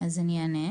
אז אני אענה,